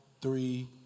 three